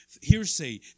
hearsay